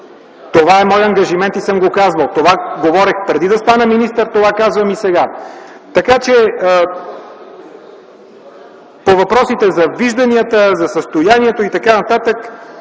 Това е моят ангажимент и аз съм го казвал. Това говорех преди да стана министър, това казвам и сега. По въпросите за вижданията ни, за състоянието и така нататък,